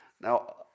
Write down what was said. Now